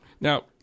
Now